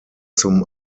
zum